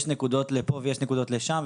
יש נקודות לפה ויש נקודות לשם,